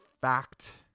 fact